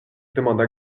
demanda